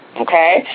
okay